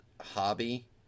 hobby